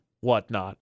whatnot